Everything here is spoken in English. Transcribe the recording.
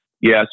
Yes